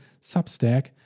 Substack